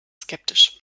skeptisch